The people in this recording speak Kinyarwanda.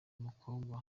mukobwa